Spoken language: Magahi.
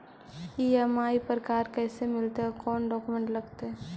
ई.एम.आई पर कार कैसे मिलतै औ कोन डाउकमेंट लगतै?